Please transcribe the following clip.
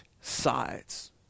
sides